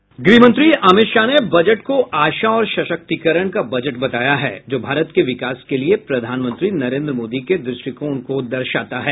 गृहमंत्री अमित शाह ने बजट को आशा और सशक्तिकरण का बजट बताया है जो भारत के विकास के लिए प्रधानमंत्री नरेन्द्र मोदी के दृष्टिकोण को दर्शाता है